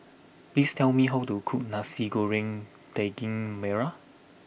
please tell me how to cook Nasi Goreng Daging Merah